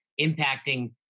impacting